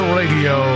radio